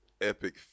epic